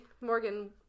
Morgan